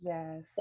Yes